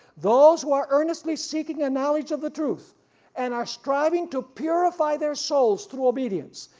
those who are earnestly seeking a knowledge of the truth and are striving to purify their souls through obedience,